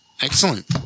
Excellent